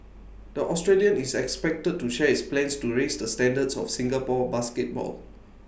the Australian is expected to share his plans to raise the standards of Singapore basketball